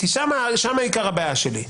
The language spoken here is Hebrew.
שם עיקר הבעיה שלי,